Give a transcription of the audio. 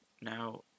Now